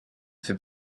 fait